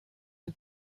you